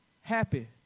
happy